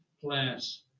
class